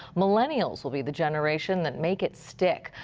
millenials will be the generation that make it stick.